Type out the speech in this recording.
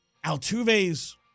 Altuve's